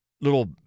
little